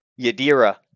Yadira